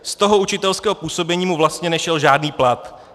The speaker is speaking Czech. Z toho učitelského působení mu vlastně nešel žádný plat.